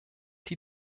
die